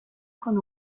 con